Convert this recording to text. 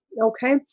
okay